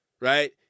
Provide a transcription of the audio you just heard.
right